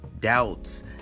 doubts